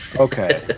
okay